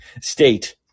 state